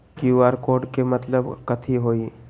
QR code के मतलब कथी होई?